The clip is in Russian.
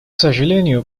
сожалению